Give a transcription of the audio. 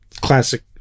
classic